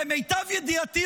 למיטב ידיעתי,